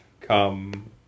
come